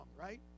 right